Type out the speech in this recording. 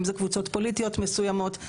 אם זה קבוצות פוליטיות מסוימות,